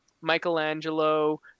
michelangelo